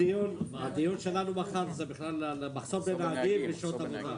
הדיון שלנו מחר זה על מחסור בנהגים ושעות עבודה.